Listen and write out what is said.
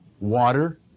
water